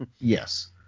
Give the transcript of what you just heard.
Yes